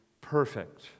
perfect